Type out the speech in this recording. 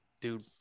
Dude